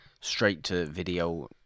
straight-to-video